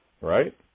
right